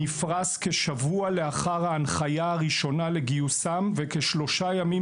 נפרס כשבוע לאחר ההנחיה הראשונה לגיוסם וכשלושה ימים